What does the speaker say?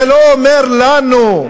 זה לא אומר לנו,